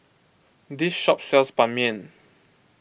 this shop sells Ban Mian